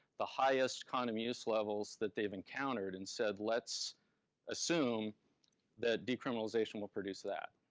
the highest condom use levels that they've encountered and said, let's assume that decriminalization will produce that.